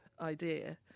idea